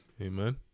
Amen